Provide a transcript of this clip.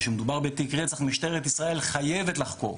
וכשמדובר בתיק רצח משטרת ישראל חייבת לחקור.